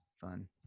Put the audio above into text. fun